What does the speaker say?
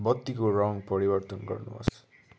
बत्तीको रङ परिवर्तन गर्नुहोस्